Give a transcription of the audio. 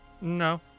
No